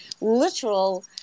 literal